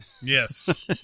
Yes